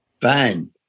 Fine